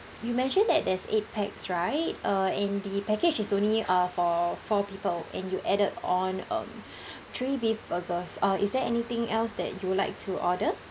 you mentioned that there's eight pax right uh in the package is only uh for four people and you added on um three beef burgers uh is there anything else that you would like to order